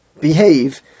behave